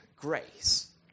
grace